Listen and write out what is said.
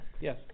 Yes